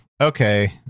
Okay